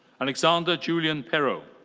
alexander julian pero.